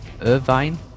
Irvine